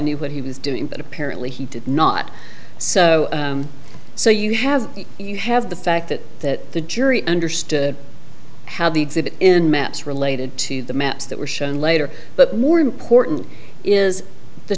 knew what he was doing but apparently he did not so so you have you have the fact that the jury understood how the exhibit in maps related to the maps that were shown later but more important is the